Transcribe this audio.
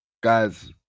guys